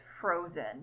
frozen